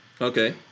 okay